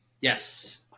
Yes